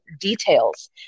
details